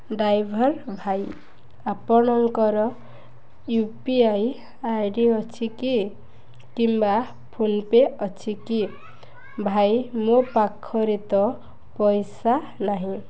driver ଭାଇ ଆପଣଙ୍କର U P I I D ଅଛି କି କିମ୍ବା ଫୋନ ପେ ଅଛି କି ଭାଇ ମୋ ପାଖରେ ତ ପଇସା ନାହିଁ